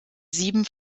sieben